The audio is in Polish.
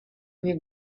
nie